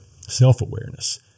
self-awareness